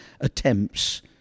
attempts